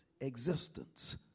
existence